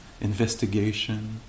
investigation